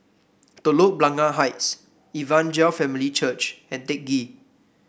Telok Blangah Heights Evangel Family Church and Teck Ghee